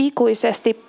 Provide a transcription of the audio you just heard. Ikuisesti